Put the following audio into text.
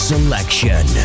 Selection